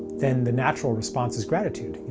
then the natural response is gratitude,